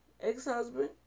ex-husband